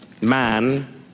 man